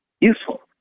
useful